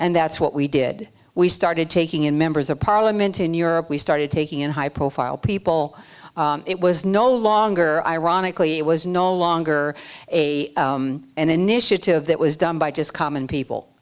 and that's what we did we started taking in members of parliament in europe we started taking in high profile people it was no longer ironically it was no longer a an initiative that was done by just common people